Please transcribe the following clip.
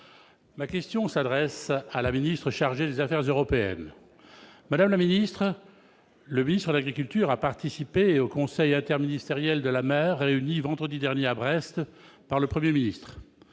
et des affaires étrangères, chargée des affaires européennes. Madame la ministre, le ministre de l'agriculture a participé au conseil interministériel de la mer réuni vendredi dernier à Brest par le Premier ministre.